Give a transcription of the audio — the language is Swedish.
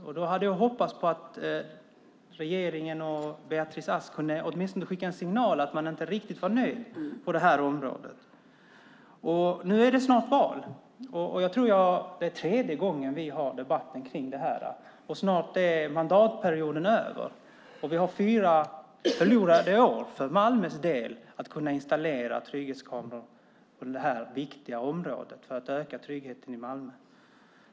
Jag hade då hoppats att regeringen och Beatrice Ask åtminstone kunde skicka en signal om att man inte var riktigt nöjd på detta område. Nu är det snart val, och jag tror att det är tredje gången vi debatterar detta. Snart är mandatperioden över, och vi har fyra förlorade år för Malmös del vad gäller att kunna installera kameror för att öka tryggheten i staden.